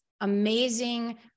amazing